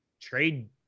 trade